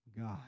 God